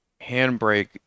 handbrake